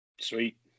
Sweet